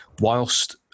whilst